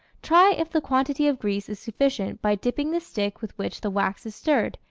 try if the quantity of grease is sufficient by dipping the stick with which the wax is stirred,